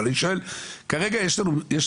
אבל אני שואל, כרגע יש לנו אתגר.